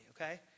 okay